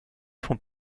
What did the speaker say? font